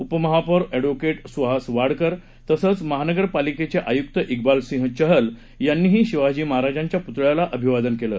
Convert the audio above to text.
उपमहापौर अछिहोकेट सुहास वाडकर तसंच महानगरपालेकेचे आयुक्त विबाल सिंह चहल यांनीही शिवाजी महाराजांच्या पुतळ्याला अभिवादन केलं